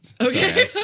Okay